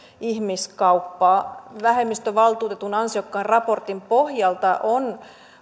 ihmiskauppaa vähemmistövaltuutetun ansiokkaan raportin pohjalta on